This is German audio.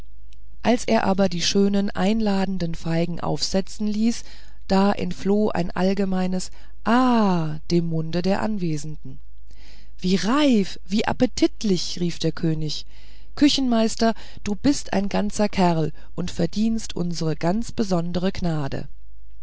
als er aber die schönen einladenden feigen aufsetzen ließ da entfloh ein allgemeines ah dem munde der anwesenden wie reif wie appetitlich rief der könig küchenmeister du bist ein ganzer kerl und verdienst unsere ganz besondere gnade